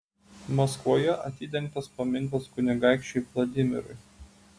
maskvoje atidengtas paminklas kunigaikščiui vladimirui